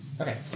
Okay